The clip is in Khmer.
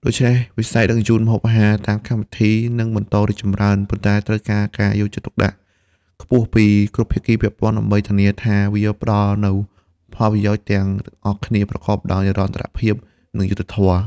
ដូច្នេះ វិស័យដឹកជញ្ជូនម្ហូបអាហារតាមកម្មវិធីនឹងបន្តរីកចម្រើន ប៉ុន្តែត្រូវការការយកចិត្តទុកដាក់ខ្ពស់ពីគ្រប់ភាគីពាក់ព័ន្ធដើម្បីធានាថាវាផ្តល់នូវផលប្រយោជន៍ដល់ទាំងអស់គ្នាប្រកបដោយនិរន្តរភាព និងយុត្តិធម៌។